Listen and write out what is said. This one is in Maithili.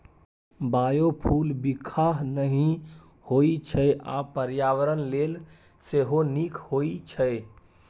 बायोफुल बिखाह नहि होइ छै आ पर्यावरण लेल सेहो नीक होइ छै